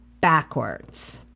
backwards